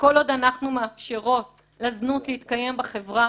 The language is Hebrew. וכל עוד אנחנו מאפשרות לזנות להתקיים בחברה,